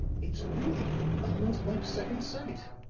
it's really almost like second sight.